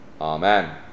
Amen